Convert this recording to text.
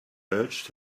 urged